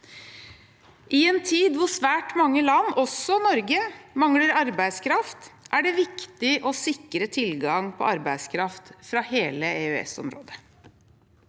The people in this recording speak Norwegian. I en tid hvor svært mange land, også Norge, mangler arbeidskraft, er det viktig å sikre tilgang på arbeidskraft fra hele EØS-området.